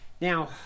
Now